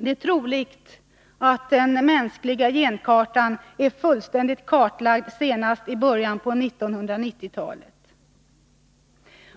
Det är troligt att den mänskliga genkartan är fullständig senast i början av 1990-talet.